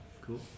Cool